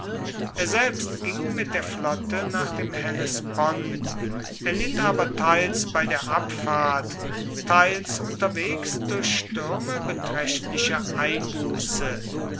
er selber ging mit der flotte nach dem hellespont erlitt aber teils bei der abfahrt teils unterwegs durch stürme beträchtliche einbuße